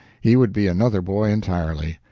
he would be another boy entirely.